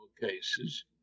cases